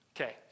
Okay